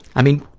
i mean,